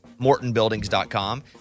MortonBuildings.com